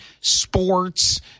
sports